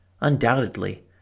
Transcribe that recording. Undoubtedly